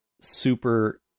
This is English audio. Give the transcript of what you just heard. super